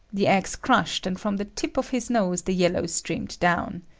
the eggs crushed, and from the tip of his nose the yellow streamed down.